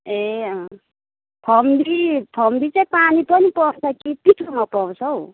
ए अँ फम्बी फम्बी चाहिँ पानी पनि पाउँछ कि पिठोमा पाउँछ हौ